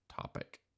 topic